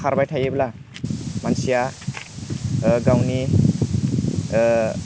खारबाय थायोब्ला मानसिया गावनि